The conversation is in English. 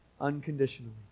unconditionally